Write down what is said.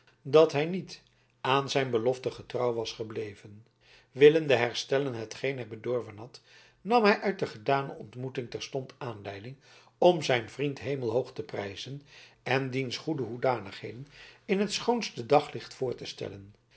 dat hij niet aan zijn belofte getrouw was gebleven willende herstellen hetgeen hij bedorven had nam hij uit de gedane ontmoeting terstond aanleiding om zijn vriend hemelhoog te prijzen en diens goede hoedanigheden in het schoonste daglicht voor te stellen